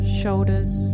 shoulders